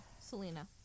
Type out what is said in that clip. Selena